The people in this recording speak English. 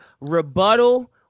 rebuttal